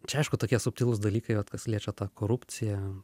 čia aišku tokie subtilūs dalykai vat kas liečia tą korupciją